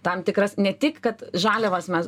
tam tikras ne tik kad žaliavas mes